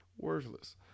worthless